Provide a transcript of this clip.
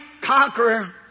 conqueror